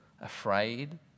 Afraid